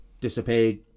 disappeared